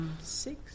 Six